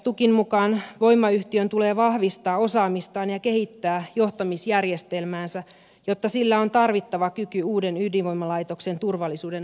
stukin mukaan voimayhtiön tulee vahvistaa osaamistaan ja kehittää johtamisjärjestelmäänsä jotta sillä on tarvittava kyky uuden ydinvoimalaitoksen turvallisuuden arvioimiseksi